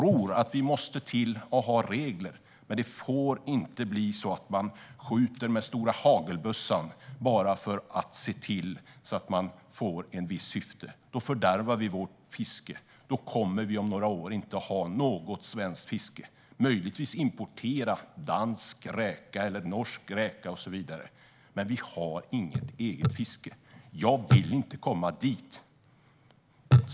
Vi måste ha regler, men det får inte bli så att man skjuter med stora hagelbössan bara för att uppfylla ett visst syfte. Då fördärvar vi vårt fiske, och då kommer vi om några år inte att ha något svenskt fiske. Vi kommer möjligtvis att importera dansk eller norsk räka och så vidare, men vi kommer inte att ha något eget fiske. Dit vill jag inte komma.